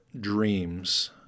dreams